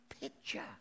picture